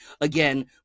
again